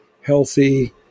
healthy